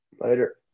Later